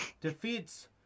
defeats